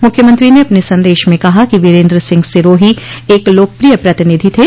मुख्यमंत्री ने अपने संदेश में कहा कि वीरेन्द्र सिंह सिरोही एक लोकप्रिय प्रतिनिधि थे